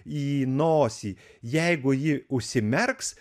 į nosį jeigu ji užsimerks